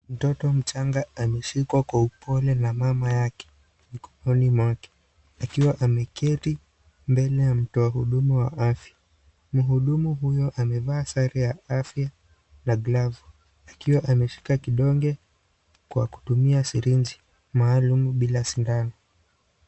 Mtoto mchanga ameshikwa kwa upole na mama yake mikononi mwake. Akiwa ameketi mbele ya mtu wa huduma wa afya. Mhudumu huyu, amevaa sare ya afya na glovu, akiwa ameshika kidonge kwa kutumia sirinji maalum bila sindano.